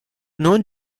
known